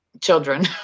children